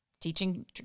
teaching